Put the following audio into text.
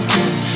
Cause